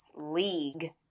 league